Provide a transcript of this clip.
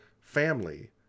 family